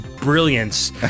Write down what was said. brilliance